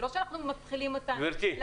זה לא שאנחנו מתחילים להסדיר -- גברתי,